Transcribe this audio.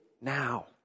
now